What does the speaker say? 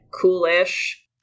cool-ish